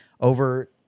over